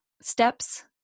steps